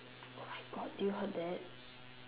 oh my god did you heard that